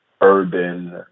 urban